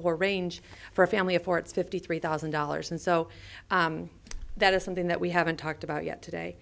poor range for a family of four it's fifty three thousand dollars and so that is something that we haven't talked about yet today